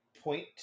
point